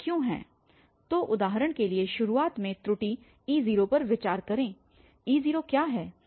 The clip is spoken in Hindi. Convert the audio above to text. तो उदाहरण के लिए शुरुआत में त्रुटि e0पर विचार करें e0 क्या है